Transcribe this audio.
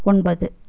ஒன்பது